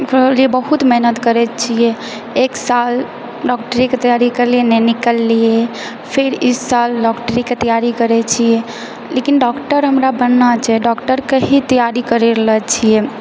एकरा लिए बहुत मेहनत करै छियै एक साल डॉक्टरीके तैयारी करलियै नहि निकलिए फिर इस साल डॉक्टरीके तैयारी करै छी लेकिन डॉक्टर हमरा बनना छै डॉक्टरके ही तैयारी कर रहलए छियै